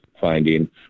finding